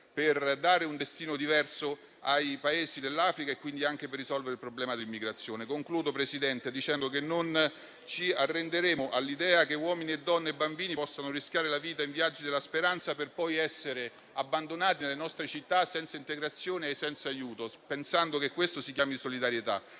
per dare un destino diverso ai Paesi dell'Africa e quindi anche per risolvere il problema dell'immigrazione. Concludo, Presidente, dicendo che non ci arrenderemo all'idea che uomini, donne e bambini possano rischiare la vita in viaggi della speranza per poi essere abbandonati nelle nostre città senza integrazione e senza aiuto, pensando che tutto questo si chiami solidarietà.